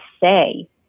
say